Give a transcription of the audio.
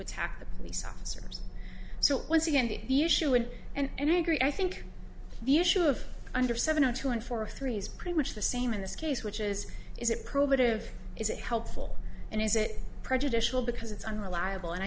attack the police officers so once again the usual and i agree i think the issue of under seventy two and four three is pretty much the same in this case which is is it probative is it helpful and is it prejudicial because it's unreliable and i